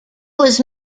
was